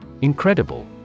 Incredible